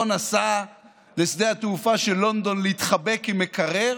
לא נסע לשדה התעופה של לונדון להתחבק עם מקרר.